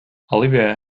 olivia